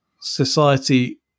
society